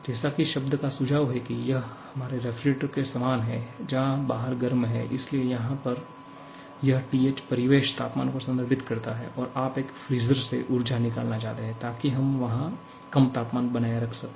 जैसा कि शब्द का सुझाव है कि यह हमारे रेफ्रिजरेटर के समान है जहां बाहर गर्म है इसलिए यहां यह TH परिवेश तापमान को संदर्भित करता है और आप एक फ्रीजर से ऊर्जा निकालना चाहते हैं ताकि हम वहां कम तापमान बनाए रख सकें